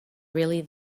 really